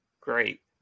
great